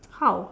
how